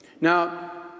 Now